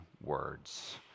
words